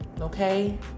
Okay